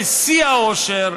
בשיא האושר,